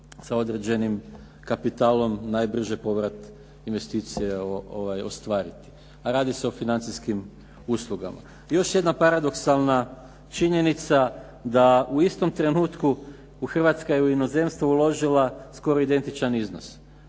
sa određenim kapitalom najbrže povrat investicije ostvariti, a radi se o financijskim uslugama. I još jedna paradoksalna činjenica da u istom trenutku Hrvatska je u inozemstvu uložila skoro identičan iznos.